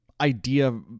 idea